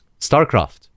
starcraft